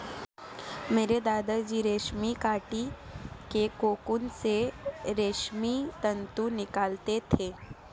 मेरे दादा जी रेशमी कीट के कोकून से रेशमी तंतु निकालते थे